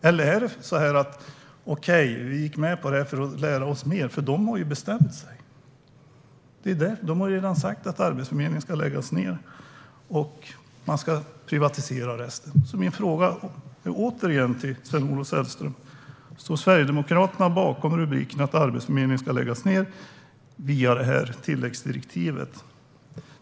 Eller har ni gått med på det för att lära er mer? De har nämligen bestämt sig; de har redan sagt att Arbetsförmedlingen ska läggas ned och att resten ska privatiseras. Min fråga till Sven-Olof Sällström blir återigen: Står Sverigedemokraterna bakom att Arbetsförmedlingen ska läggas ned, via det här tilläggsdirektivet?